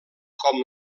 com